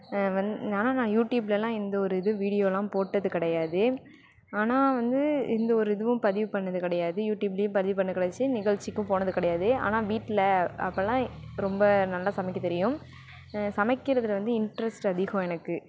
வந் ஆனால் நான் யூடியூப்லலாம் எந்த ஒரு இது வீடியோலாம் போட்டது கிடையாது ஆனால் வந்து எந்த ஒரு இதுவும் பதிவு பண்ணது கிடையாது யூடியூப்லையும் பதிவு பண்ணது கிடையாச்சி நிகழ்ச்சிக்கும் போனது கிடையாது ஆனால் வீட்டில அப்போலாம் ரொம்ப நல்லா சமைக்க தெரியும் சமைக்கிறதில் வந்து இன்ட்ரெஸ்ட் அதிகம் எனக்கு